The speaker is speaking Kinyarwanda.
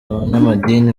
abanyamadini